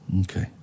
Okay